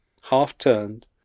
half-turned